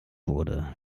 wurde